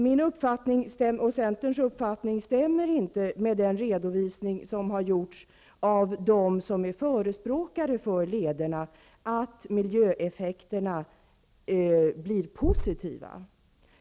Min och Centerns uppfattning överensstämmer inte med den redovisning som har gjorts av dem som är förespråkare för lederna, att miljöeffekterna blir positiva.